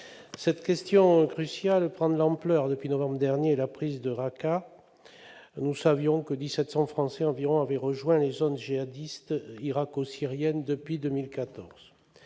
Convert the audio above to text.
Cette question cruciale prend de l'ampleur depuis novembre dernier et la prise de Raqqa. Nous savions qu'environ 1 700 Français avaient rejoint les zones djihadistes irako-syriennes depuis 2014.